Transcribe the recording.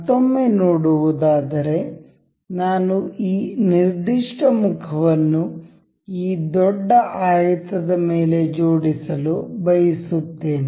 ಮತ್ತೊಮ್ಮೆ ನೋಡುವುದಾದರೆ ನಾನು ಈ ನಿರ್ದಿಷ್ಟ ಮುಖವನ್ನು ಈ ದೊಡ್ಡ ಆಯತದ ಮೇಲೆ ಜೋಡಿಸಲು ಬಯಸುತ್ತೇನೆ